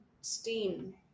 Steam